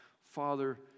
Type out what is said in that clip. Father